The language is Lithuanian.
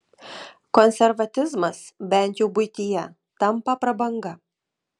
konservatizmas bent jau buityje tampa prabanga